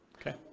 Okay